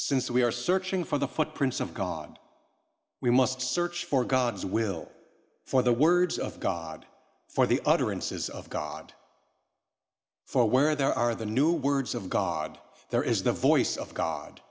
since we are searching for the footprints of god we must search for god's will for the words of god for the utterances of god for where there are the new words of god there is the voice of god